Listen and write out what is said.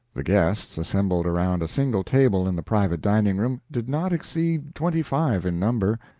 the guests, assembled around a single table in the private dining-room, did not exceed twenty-five in number.